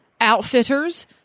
Outfitters